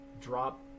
drop